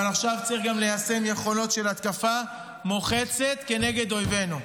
אבל עכשיו צריך ליישם גם יכולות של התקפה מוחצת כנגד אויבינו.